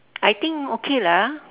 I think okay lah